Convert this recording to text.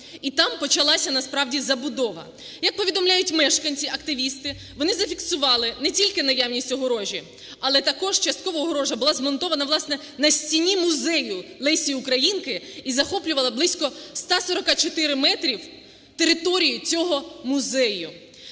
і там почалася насправді забудова. Як повідомляють мешканці-активісти, вони зафіксували не тільки наявність огорожі, але також частково огорожа була змонтована, власне, на стіні музею Лесі Українки і захоплювала близько 144 метрів території цього музею.